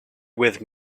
with